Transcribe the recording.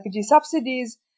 subsidies